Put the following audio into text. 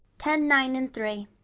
ten, nine, and three.